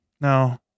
no